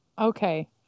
Okay